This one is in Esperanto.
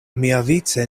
miavice